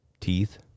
teeth